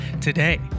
today